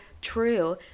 true